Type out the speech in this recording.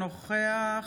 אינו נוכח